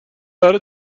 برای